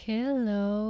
Hello